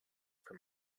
from